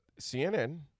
CNN